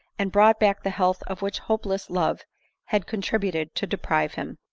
and brought back the health of which hopeless love had con tributed to deprive him.